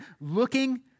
looking